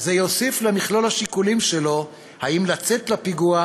זה יוסיף למכלול השיקולים שלו אם לצאת לפיגוע,